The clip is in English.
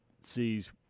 sees